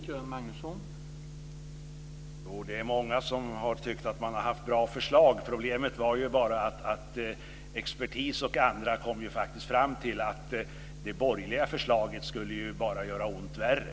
Herr talman! Jo, det är många som har tyckt att de har haft bra förslag. Problemet var ju bara att expertis och andra faktiskt kom fram till att det borgerliga förslaget skulle göra ont värre.